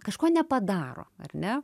kažko nepadaro ar ne